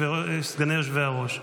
סגני היושב-ראש: